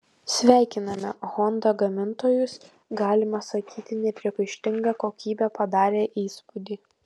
sveikiname honda gamintojus galima sakyti nepriekaištinga kokybė padarė įspūdį